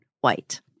White